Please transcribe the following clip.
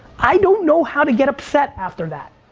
i don't know how to get upset after that.